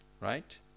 Right